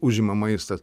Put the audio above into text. užima maistas